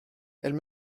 elle